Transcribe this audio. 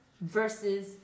versus